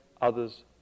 others